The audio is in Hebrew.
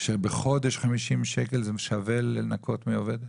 שבחודש 50 שקל זה שווה לנכות מעובד?